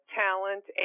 talent